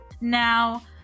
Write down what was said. Now